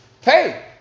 hey